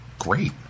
great